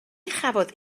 chafodd